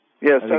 Yes